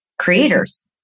creators